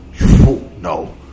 No